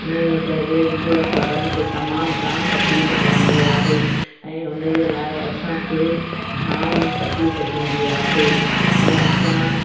हिनजे करे एंबुलस वारनि खे तमामु जाम तकलीफ़ पवंदी आहे ऐं हुनजे लाइ असांखे जाम तकलीफ़ थींदी आहे ऐं असां